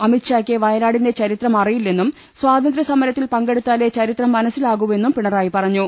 അമിത്ഷായ്ക്ക് വയനാടിന്റെ ചരിത്രം അറിയില്ലെന്നും സ്വാതന്ത്ര്യസമരത്തിൽ പങ്കെ ടുത്താലേ ചരിത്രം മനസ്സിലാകൂവെന്നും പിണറായിട്ടി പറഞ്ഞു